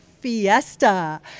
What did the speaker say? Fiesta